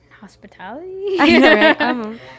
hospitality